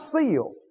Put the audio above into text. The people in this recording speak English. seal